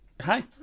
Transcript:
Hi